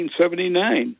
1979